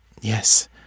Yes